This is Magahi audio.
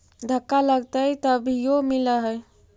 धक्का लगतय तभीयो मिल है?